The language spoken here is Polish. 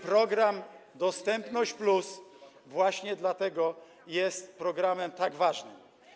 Program dostępność+ właśnie dlatego jest programem tak ważnym.